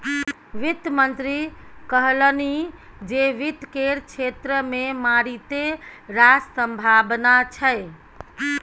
वित्त मंत्री कहलनि जे वित्त केर क्षेत्र मे मारिते रास संभाबना छै